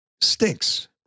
stinks